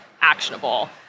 actionable